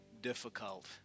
difficult